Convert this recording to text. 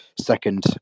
second